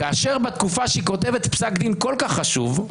כאשר בתקופה שהיא כותבת פסק דין כל כך חשוב,